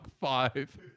five